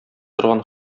торган